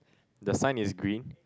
the sign is green